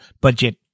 budget